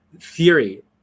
theory